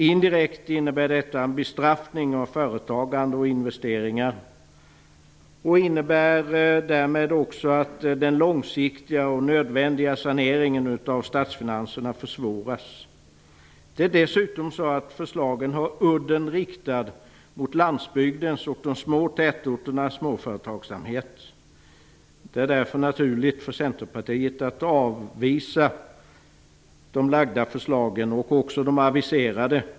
Indirekt innebär detta en bestraffning av företagande och investeringar och innebär därmed också att den långsiktiga och nödvändiga saneringen av statsfinanserna försvåras. Förslagen har dessutom udden riktad mot landsbygdens och de små tätorternas småföretagsamhet. Det är därför naturligt för Centerpartiet att avvisa de framlagda förslagen och även de aviserade.